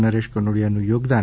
નરેશ કનોડિયાનુ યોગદાન